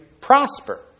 prosper